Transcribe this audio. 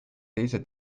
teise